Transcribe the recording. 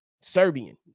Serbian